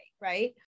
right